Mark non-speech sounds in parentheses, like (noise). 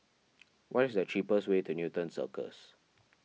(noise) what is the cheapest way to Newton Circus